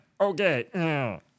okay